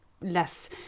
less